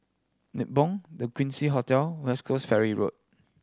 Nibong The Quincy Hotel West Coast Ferry Road